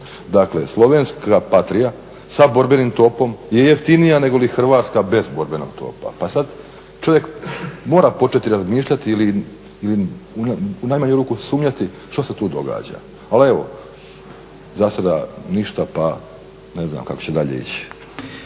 Dakle slovenska Patria sa borbenim topom je jeftinija negoli hrvatska bez borbenog topa pa sad čovjek mora početi razmišljati ili u najmanju ruku sumnjati što se tu događa. Ali evo za sada ništa pa ne znam kako će dalje ići.